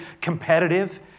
competitive